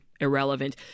irrelevant